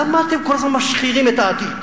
למה אתם כל הזמן משחירים את העתיד?